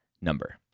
number